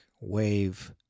wave